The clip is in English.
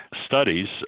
studies